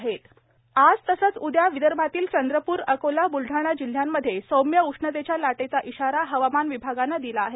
तीव्र उन्हाळा चंद्रप्र आज तसेच उद्या विदर्भातील चंद्रपूर अकोला ब्लढाणा जिल्ह्यांमध्ये सौम्य उष्णतेच्या लाटेचा इशारा हवामान विभागाने दिला आहे